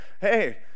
hey